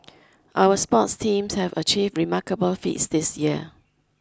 our sports teams have achieved remarkable feats this year